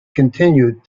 continued